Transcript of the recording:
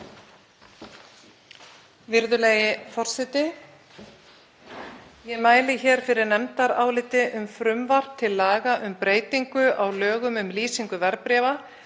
Virðulegi forseti. Ég mæli hér fyrir nefndaráliti um frumvarp til laga um breytingu á lögum um lýsingu verðbréfa